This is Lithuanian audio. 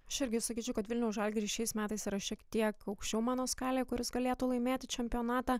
aš irgi sakyčiau kad vilniaus žalgiris šiais metais yra šiek tiek aukščiau mano skalėj kuris galėtų laimėti čempionatą